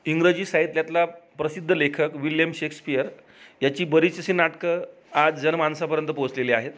इंग्रजी साहित्यातला प्रसिद्ध लेखक विलियम शेक्सपियर याची बरीच अशी नाटकं आज जनमाणसापर्यंत पोहोचलेली आहेत